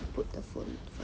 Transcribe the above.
put the phone